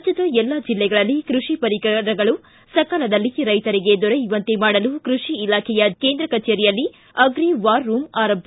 ರಾಜ್ಯದ ಎಲ್ಲಾ ಜಿಲ್ಲೆಗಳಲ್ಲಿ ಕೈಷಿ ಪರಿಕರಗಳು ಸಕಾಲದಲ್ಲಿ ರೈತರಿಗೆ ದೊರೆಯುವಂತೆ ಮಾಡಲು ಕೈಷಿ ಇಲಾಖೆಯ ಕೇಂದ್ರ ಕಚೇರಿಯಲ್ಲಿ ಅಗ್ರಿ ವಾರ್ ರೂಮ್ ಆರಂಭ